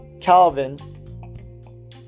Calvin